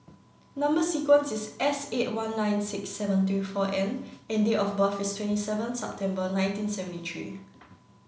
number sequence is S eight one nine six seven three four N and date of birth is twenty seven September nineteen seventy three